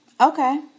okay